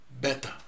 better